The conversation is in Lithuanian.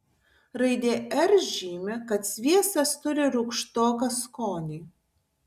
raidė r žymi kad sviestas turi rūgštoką skonį